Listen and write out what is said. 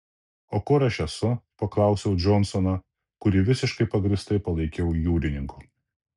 o kur aš esu paklausiau džonsoną kurį visiškai pagrįstai palaikiau jūrininku